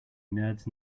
nerds